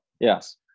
yes